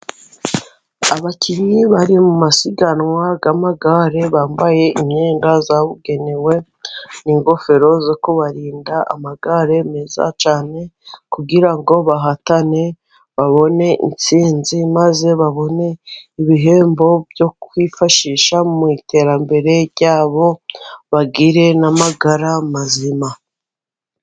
Abakinnyi bari mu masiganwa y'amagare, bambaye imyenda yabugenewe n'ingofero zo kubarinda, amagare meza cyane kugira ngo bahatane babone insinzi maze babone ibihembo byo kwifashisha mu iterambere ryabo, bagire n'amagara mazima.